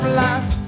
life